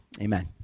amen